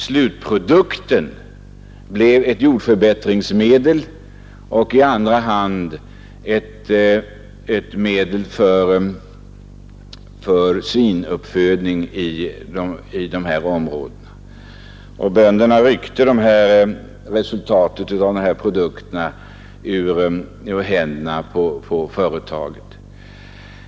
Slutprodukten blev i första hand ett jordförbättringsmedel och i andra hand ett medel för svinuppfödning. Bönderna ryckte dessa produkter ur händerna på företaget.